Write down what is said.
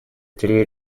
три